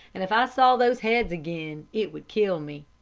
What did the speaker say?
and if i saw those heads again, it would kill me.